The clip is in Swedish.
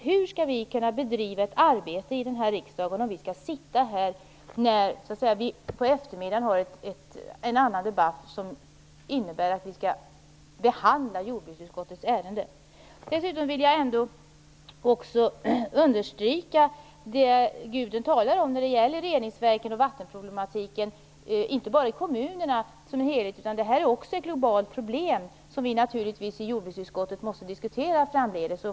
Hur skall vi kunna bedriva ett arbete i den här riksdagen om vi skall sitta här i kammaren, när vi på eftermiddagen har en annan debatt där vi skall behandla jordbruksutskottets ärenden? Dessutom vill jag understryka det Gudrun Lindvall talar om när det gäller reningsverken och vattenproblematiken. Det gäller inte bara i kommunerna som en helhet, utan det här är också ett globalt problem, som vi i jordbruksutskottet naturligtvis måste diskutera framdeles.